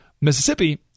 Mississippi